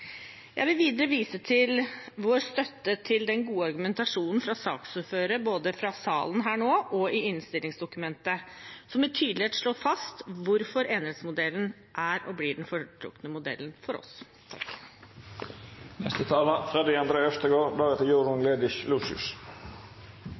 Jeg vil videre vise til vår støtte til den gode argumentasjonen fra saksordføreren både i salen her nå og i innstillingsdokumentet, som med tydelighet slår fast hvorfor enerettsmodellen er og blir den foretrukne modellen for oss.